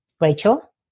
Rachel